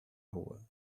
rua